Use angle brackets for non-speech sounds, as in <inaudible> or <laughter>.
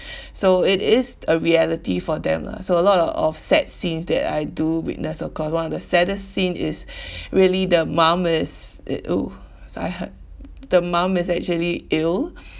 <breath> so it is a reality for them lah so a lot o~ of sad scenes that I do witness of course one of the saddest scene is <breath> really the mum is <noise> so I heard the mum is actually ill <breath>